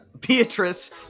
Beatrice